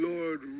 Lord